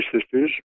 sisters